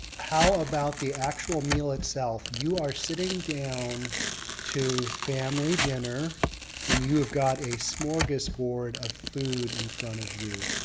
how about the actual meal itself? you are sitting down to family dinner and you have got a smorgasbord of food in front of you.